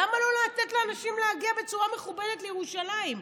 למה לא לתת לאנשים להגיע בצורה מכובדת לירושלים?